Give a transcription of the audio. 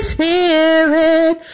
Spirit